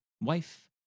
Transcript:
wife